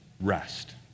Rest